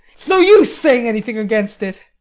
it's no use saying anything against it.